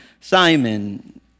Simon